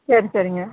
சரி சரிங்க